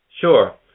Sure